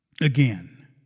again